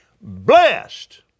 Blessed